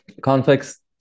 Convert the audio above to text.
Conflicts